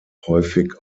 häufig